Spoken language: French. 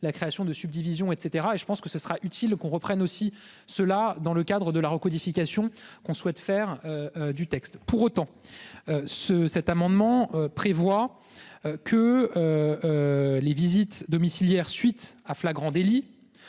La création de subdivision etc et je pense que ce sera utile qu'on reprenne aussi cela dans le cadre de la recodification qu'on souhaite faire. Du texte pour autant. Ce, cet amendement prévoit. Que. Les visites domiciliaires suite à flagrant délit.